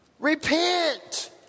Repent